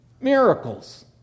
miracles